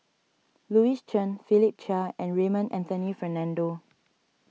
Louis Chen Philip Chia and Raymond Anthony Fernando